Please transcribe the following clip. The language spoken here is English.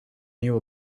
knew